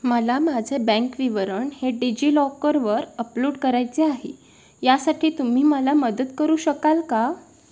मला माझे बँक विवरण हे डिजिलॉकरवर अपलोड करायचे आहे यासाठी तुम्ही मला मदत करू शकाल का